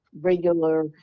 regular